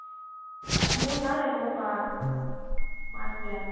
மூணு நாள் இருக்கும்ப்பா மாசத்தில்